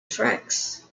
tracks